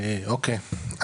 לעבור.